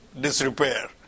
disrepair